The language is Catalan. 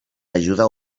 ajuda